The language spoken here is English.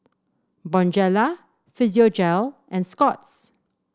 Bonjela Physiogel and Scott's